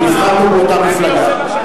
שנבחרנו באותה מפלגה.